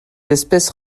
espèces